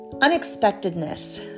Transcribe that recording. unexpectedness